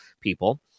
people